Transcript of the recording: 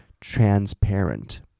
transparent